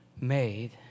made